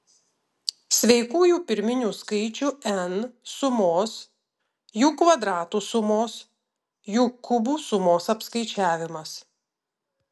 sveikųjų pirminių skaičių n sumos jų kvadratų sumos jų kubų sumos apskaičiavimas